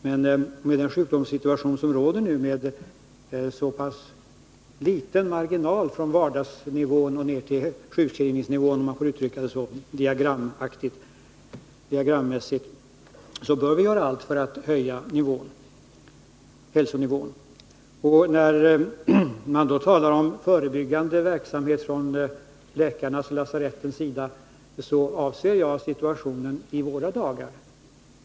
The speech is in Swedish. Men med den sjukdomssituation som råder och med en så pass smal marginal som det nu är mellan vardagsnivån och sjukskrivningsnivån — om jag får uttrycka mig så diagrammässigt — bör vi göra allt vi kan för att försöka höja hälsonivån, och med uttalandet om läkarnas och lasarettens förebyggande verksamhet avser jagsituationen i våra dagar.